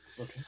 Okay